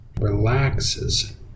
relaxes